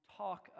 talk